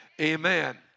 Amen